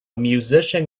musician